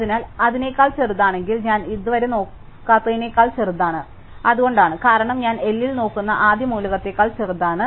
അതിനാൽ അതിനെക്കാൾ ചെറുതാണെങ്കിൽ ഞാൻ ഇതുവരെ നോക്കാത്തതിനേക്കാൾ ചെറുതാണ് അതുകൊണ്ടാണ് കാരണം ഞാൻ L ൽ നോക്കുന്ന ആദ്യ മൂലകത്തേക്കാൾ ചെറുതാണ്